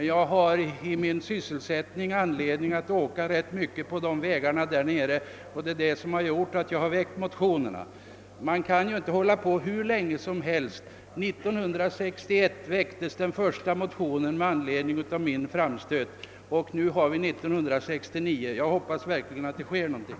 Jag har i mitt arbete anledning att åka rätt mycket på vägarna där nere och det har gjort att jag väckt motionerna på området. Men man kan inte hålla på hur länge som helst. 1961 väcktes den första motionen med anledning av min framstöt, och nu har vi 1969. Jag hoppas verkligen att det sker någonting.